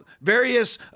various